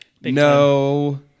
no